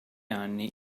anni